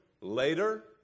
later